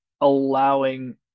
allowing